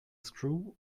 screw